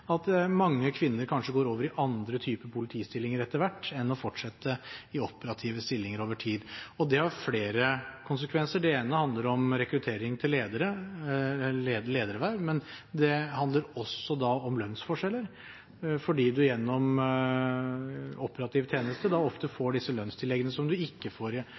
at mange kvinner kanskje går over i andre typer politistillinger etter hvert heller enn å fortsette i operative stillinger over tid. Det har flere konsekvenser. Det ene handler om rekruttering til lederverv, men det handler også om lønnsforskjeller fordi man gjennom operativ tjeneste ofte får de lønnstilleggene som man ikke får